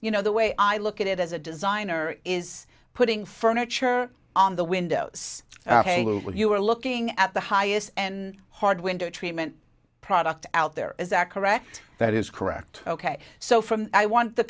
you know the way i look at it as a designer is putting furniture on the window when you are looking at the highest hard window treatment product out there is that correct that is correct ok so from i want the